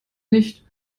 nicht